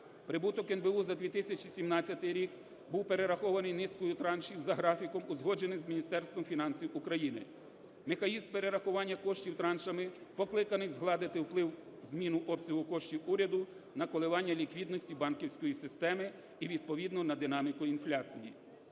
Прибуток НБУ за 2017 рік був перерахований низкою траншів за графіком, узгодженим з Міністерством фінансів України. Механізм перерахування коштів траншами покликаний згладити вплив, зміну обсягу коштів уряду на коливання ліквідності банківської системи і відповідно на динаміку інфляції.